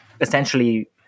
essentially